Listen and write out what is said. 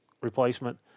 replacement